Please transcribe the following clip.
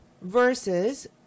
versus